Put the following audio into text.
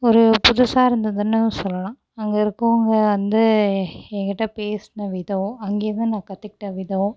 ஒரு புதுசாக இருந்ததுன்னு சொல்லலாம் அங்கே இருக்கவங்க வந்து எங்கிட்ட பேசின விதம் அங்கேருந்து நான் கற்றுகிட்ட விதம்